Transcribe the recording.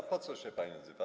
A po co się pani odzywa?